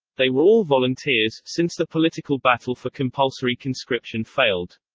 they were all volunteers, since the political battle for compulsory conscription failed.